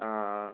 ആ ആ